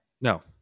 No